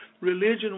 religion